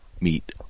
meet